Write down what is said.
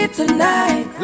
tonight